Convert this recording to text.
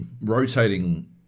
rotating